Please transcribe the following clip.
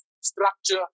structure